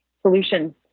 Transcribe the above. solutions